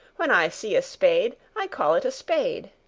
when i see a spade i call it a spade.